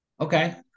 Okay